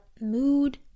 mood